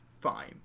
fine